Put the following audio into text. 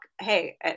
hey